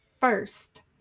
first